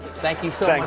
thank you so